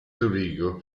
zurigo